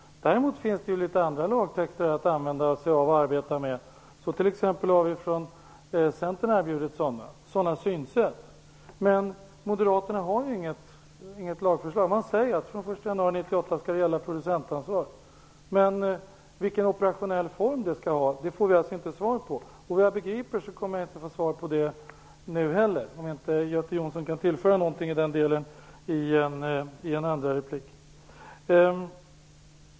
Däremot finns det litet andra lagtexter att använda sig av och arbeta med. Vi i Centern har t.ex. erbjudit sådana. Men moderaterna har inget lagförslag. Man säger att producentansvar skall gälla från den 1 januari 1998. Men vi får inte svar på vilken operationell form det skall ha. Vad jag begriper kommer jag inte att få svar på det nu heller, om inte Göte Jonsson kan tillföra någonting i den delen i en andra replik.